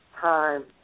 time